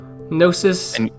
Gnosis